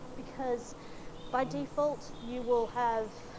because by default, you will have